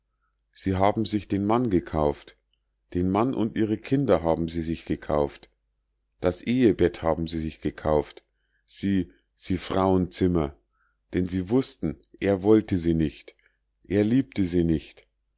sie haben sich den mann gekauft den mann und ihre kinder haben sie sich gekauft das ehebett haben sie sich gekauft sie sie frauenzimmer denn sie wußten er wollte sie nicht er liebte sie nicht